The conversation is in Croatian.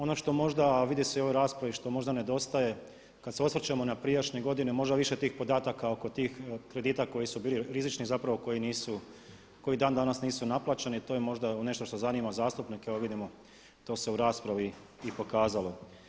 Ono što možda, a vidi se i u ovoj raspravi, što možda nedostaje, kada se osvrćemo na prijašnje godine možda više tih podataka oko tih kredita koji su bili rizični, zapravo koji nisu, koji dan danas nisu naplaćeni, to je možda nešto što zanima zastupnike, evo vidimo to se u raspravi i pokazalo.